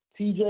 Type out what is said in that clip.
TJ